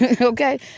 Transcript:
Okay